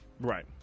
Right